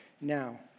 now